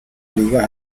ligas